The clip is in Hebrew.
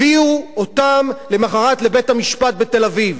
הביאו אותם למחרת לבית-המשפט בתל-אביב,